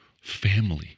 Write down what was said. family